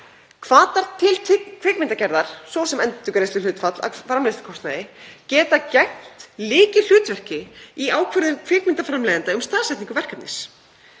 Hvatar til kvikmyndagerðar, svo sem endurgreiðsluhlutfall af framleiðslukostnaði, geta gegnt lykilhlutverki í ákvörðun kvikmyndaframleiðenda um staðsetningu verkefnis.